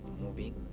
moving